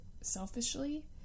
selfishly